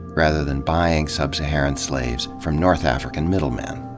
rather than buying sub-saharan slaves from north african middlemen.